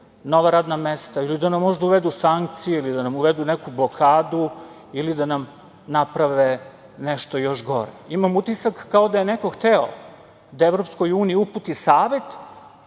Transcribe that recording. nova radna mesta ili da nam možda uvedu sankcije, da nam uvedu neku blokadu ili da nam naprave nešto još gore? Imam utisak kao da je neko hteo da EU uputi savet